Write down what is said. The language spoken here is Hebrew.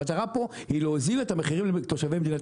המטרה פה היא להוזיל את המחירים לתושבי מדינת